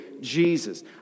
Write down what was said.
Jesus